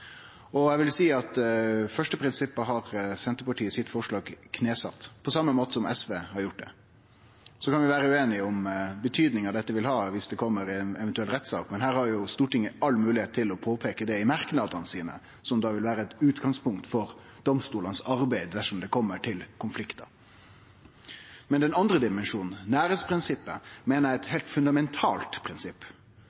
Eg vil seie at det første prinsippet har Senterpartiets forslag knesett på same måten som SV har gjort det. Vi kan vere ueinige om betydninga dette vil ha om det kjem ei eventuell rettssak, men det har Stortinget moglegheit til å påpeike i merknadene sine, som da vil vere eit utgangspunkt for domstolanes arbeid dersom det kjem til konfliktar. Den andre dimensjonen, nærleiksprinsippet, meiner eg er eit